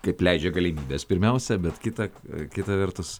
kaip leidžia galimybės pirmiausia bet kita kita vertus